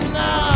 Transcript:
no